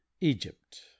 Egypt